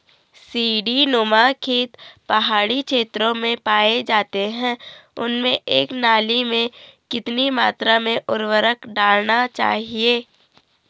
सीड़ी नुमा खेत पहाड़ी क्षेत्रों में पाए जाते हैं उनमें एक नाली में कितनी मात्रा में उर्वरक डालना चाहिए?